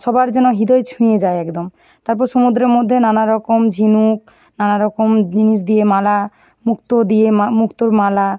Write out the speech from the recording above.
সবার যেন হৃদয় ছুঁয়ে যায় একদম তারপর সমুদ্রের মধ্যে নানারকম ঝিনুক নানারকম জিনিস দিয়ে মালা মুক্তো দিয়ে মুক্তোর মালা